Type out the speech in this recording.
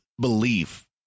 belief